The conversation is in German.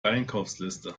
einkaufsliste